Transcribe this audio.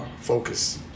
Focus